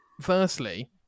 firstly